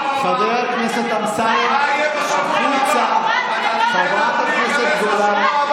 (חברת הכנסת גלית דיסטל אטבריאן יוצא מאולם המליאה.) חבר הכנסת אמסלם,